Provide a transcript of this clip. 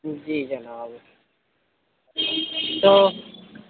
جی جناب تو